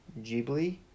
Ghibli